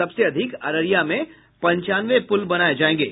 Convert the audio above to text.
सबसे अधिक अररिया में पंचानवे पुल बनाये जायेंगे